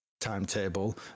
timetable